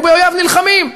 ובאויב נלחמים.